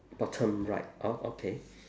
bottom right o~ okay